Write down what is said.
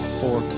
four